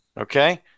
Okay